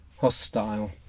hostile